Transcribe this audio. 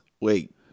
Wait